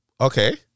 Okay